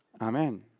Amen